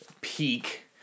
peak